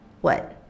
What-